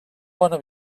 bona